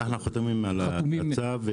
אנחנו חתומים על הצו,